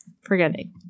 forgetting